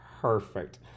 perfect